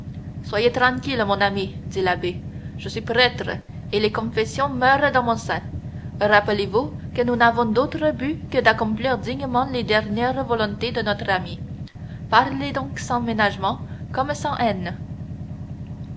soyez tranquille mon ami dit l'abbé je suis prêtre et les confessions meurent dans mon sein rappelez-vous que nous n'avons d'autre but que d'accomplir dignement les dernières volontés de notre ami parlez donc sans ménagement comme sans